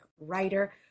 writer